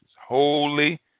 Holy